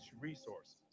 resources